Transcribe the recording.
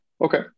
okay